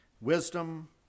wisdom